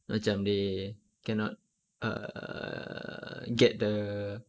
macam they cannot err get the